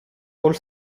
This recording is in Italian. all